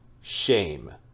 Shame